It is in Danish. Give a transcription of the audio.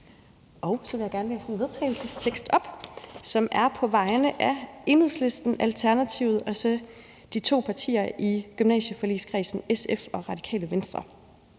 Så vil jeg gerne læse en vedtagelsestekst op, som er på vegne af Enhedslisten, Alternativet og så de to partier i gymnasieforligskredsen SF og Radikale Venstre: